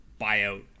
buyout